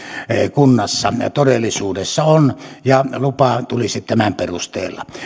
kunnassa todellisuudessa on ja lupa tulisi tämän perusteella